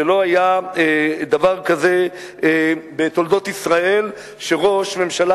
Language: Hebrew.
שלא היה דבר כזה בתולדות ישראל שראש ממשלה